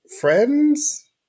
friends